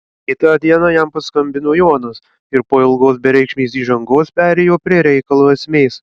kitą dieną jam paskambino jonas ir po ilgos bereikšmės įžangos perėjo prie reikalo esmės